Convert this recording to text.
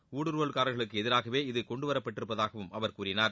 ஊடுறுவல்காரர்களுக்கு எதிராகவே இது கொண்டு வரப்பட்டிருப்பதாகவும் அவர் கூறினார்